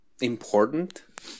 important